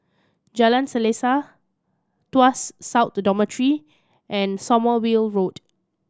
Jalan Selaseh Tuas South Dormitory and Sommerville Road